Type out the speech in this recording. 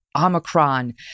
Omicron